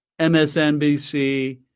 MSNBC